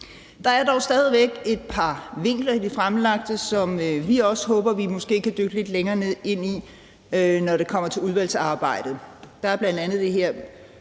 Der er dog stadig væk et par vinkler i det fremlagte, som vi håber at vi måske kan dykke lidt længere ned i, når det kommer til udvalgsarbejdet. Der er bl.a. spørgsmålet om